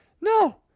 No